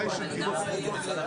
שהוא לא מבודד והחלונות שלו לא מבודדים,